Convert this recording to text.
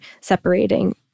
separating